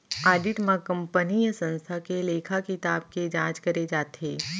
audit म कंपनीय संस्था के लेखा किताब के जांच करे जाथे